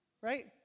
Right